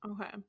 Okay